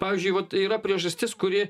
pavyzdžiui vat yra priežastis kuri